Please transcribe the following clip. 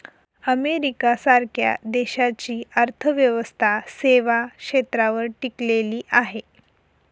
America सारख्या देशाची अर्थव्यवस्था सेवा क्षेत्रावर टिकलेली आहे